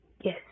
Yes